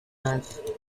month